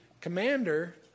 commander